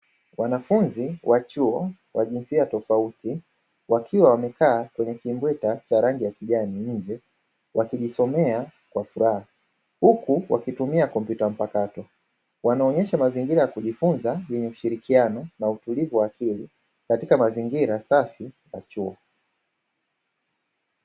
Wanafunzi wa chuo wa jinsia tofauti, wakiwa wamekaa kwenye kimbweta cha rangi ya kijani nje wakijisomea kwa furaha, huku wakitumia kompyuta mpakato. Wanaonyesha mazingira ya kujifunza yenye ushirikiano na utulivu wa akili katika mazingira safi ya chuo.